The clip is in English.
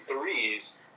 threes